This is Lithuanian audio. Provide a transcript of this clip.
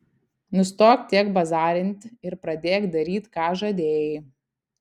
nustok tiek bazarint ir pradėk daryt ką žadėjai